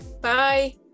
Bye